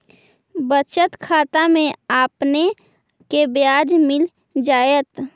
बचत खाता में आपने के ब्याज मिल जाएत